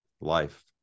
life